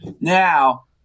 now